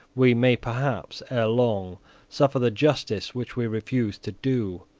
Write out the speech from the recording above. we may perhaps ere long suffer the justice which we refuse to do.